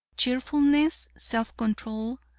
cheerfulness, self-control,